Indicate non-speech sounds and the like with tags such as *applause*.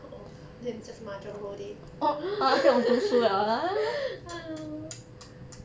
whole house~ then we just mahjong whole day *laughs* !haiyo!